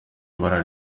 ibara